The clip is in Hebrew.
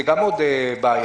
זאת גם עוד בעיה.